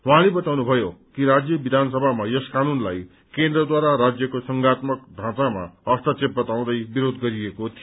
उहाँले बताउनुभयो कि राज्यका विधानसभामा यस कानूनलाई केन्द्रद्वारा राज्यको संघात्मक ढाँचामा हस्तक्षेप बताउँदै विरोध गरिएको थियो